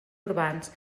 urbans